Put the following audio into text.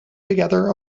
together